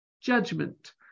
judgment